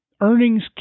earnings